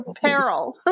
peril